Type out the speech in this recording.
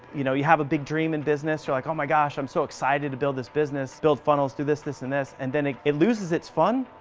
know, you have a big dream in business, you're like oh my gosh, i'm so excited to build this business, build funnels, do this, this, and this, and then it it loses its fun,